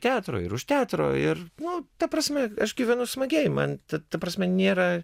teatro ir už teatro ir nu ta prasme aš gyvenu smagiai man ta prasme nėra